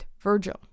Virgil